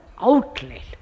outlet